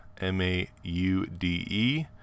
M-A-U-D-E